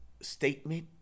statement